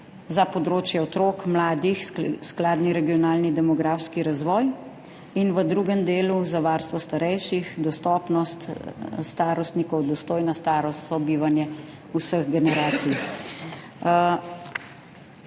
za področje otrok, mladih, skladni regionalni demografski razvoj in v drugem delu za varstvo starejših, dostopnost starostnikov, dostojna starost, sobivanje vseh generacij.